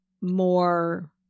more